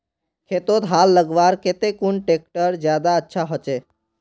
खेतोत हाल लगवार केते कुन ट्रैक्टर ज्यादा अच्छा होचए?